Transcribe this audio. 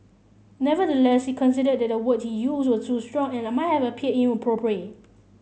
nevertheless he conceded that the words he used were too strong and might have appeared inappropriate